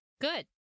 Good